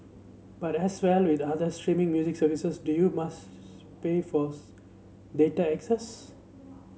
but as well with other streaming music services do you must pay for data access